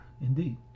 Indeed